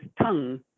tongue